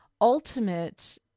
ultimate